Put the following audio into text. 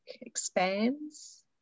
expands